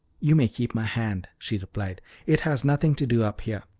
you may keep my hand, she replied it has nothing to do up here.